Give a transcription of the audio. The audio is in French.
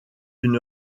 une